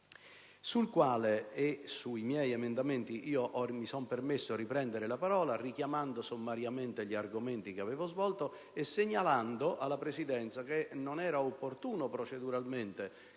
sul quale, oltre che sugli emendamenti a mia firma, mi sono permesso di riprendere la parola, richiamando sommariamente gli argomenti che avevo già svolto e segnalando alla Presidenza che non era proceduralmente